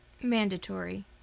mandatory